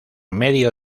medio